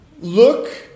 look